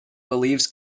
believes